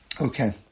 Okay